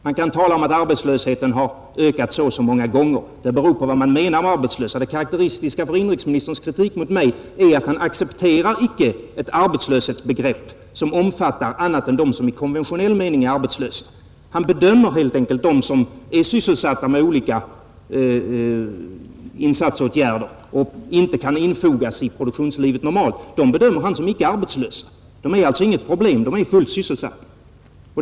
Man kan tala om att arbetslösheten har ökat så och så många gånger. Det beror på vad man menar med arbetslösa. Det karakteristiska för inrikesministerns kritik mot mig är att han icke accepterar ett arbetslöshetsbegrepp som omfattar andra än de som i konventionell mening är arbetslösa. Han bedömer helt enkelt dem, som är sysselsatta med olika insatsåtgärder och inte kan infogas normalt i produktionslivet, som icke arbetslösa. De är alltså inget problem. De är fullt sysselsatta.